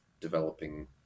developing